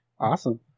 awesome